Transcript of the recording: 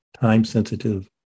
time-sensitive